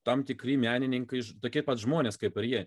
tam tikri menininkai tokie pat žmonės kaip ir jie